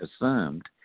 assumed